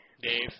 Dave